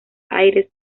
aires